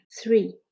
Three